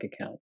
account